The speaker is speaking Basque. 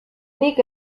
nik